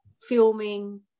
filming